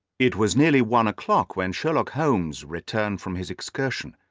it was nearly one o'clock when sherlock holmes returned from his excursion.